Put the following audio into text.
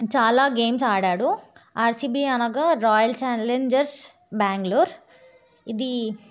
చాలా గేమ్స్ ఆడాడు ఆర్సీబీ అనగా రాయల్ ఛాలెంజర్స్ బెంగళూర్ ఇది